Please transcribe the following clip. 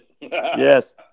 yes